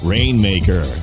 Rainmaker